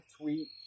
tweet